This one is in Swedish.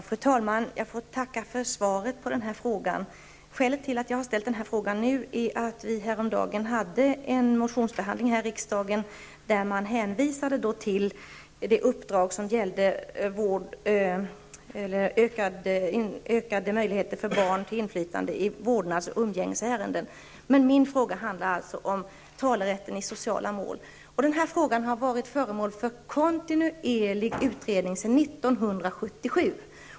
Fru talman! Jag får tacka för svaret på den här frågan. Skälet till att jag har ställt den nu är att vi häromdagen hade en motionsbehandling här i riksdagen där man hänvisade till det uppdrag som gällde ökade möjligheter för barn till inflytande i vårdnads och umgängesärenden. Men min fråga handlar alltså om talerätten i sociala mål. Denna fråga har varit föremål för kontinuerlig utredning sedan 1977.